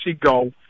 go